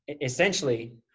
Essentially